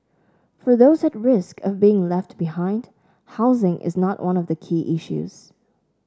for those at risk of being left behind housing is not one of the key issues